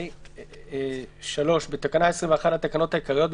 תיקון תקנה 213. בתקנה 21 לתקנות העיקריות,